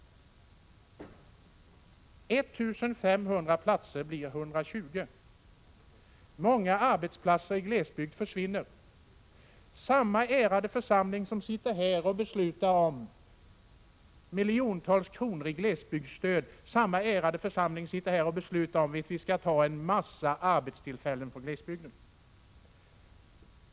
1 500 platser blir 120. Många arbetsplatser i glesbygd försvinner. Samma ärade församling som här beslutar om miljontals kronor i glesbygdsstöd beslutar också om att vi skall ta en massa arbetstillfällen från glesbygden.